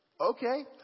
okay